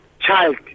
child